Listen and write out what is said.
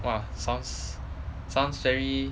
!wah! sounds sounds very